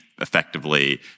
effectively